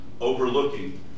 overlooking